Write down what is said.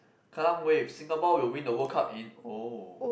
Kallang-Wave Singapore will win the World Cup in oh